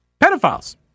Pedophiles